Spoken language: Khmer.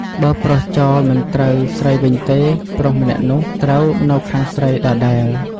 បើប្រុសចោល មិនត្រូវស្រីវិញទេ ប្រុសម្នាក់នោះត្រូវនៅខាងស្រីដដែល។